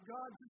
God's